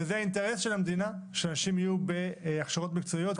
וזה האינטרס של המדינה שאנשים יהיו בהכשרות מקצועיות,